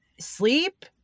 sleep